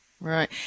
Right